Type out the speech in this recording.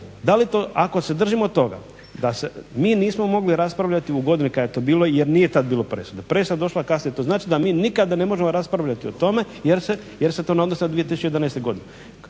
da li to ako se držimo toga da se mi nismo mogli raspravljati u godini kada je to bilo jer nije tad bilo presude, presuda je došla kasnije. To znači da mi nikada ne možemo raspravljati o tome jer se to ne odnosi na 2011. godinu.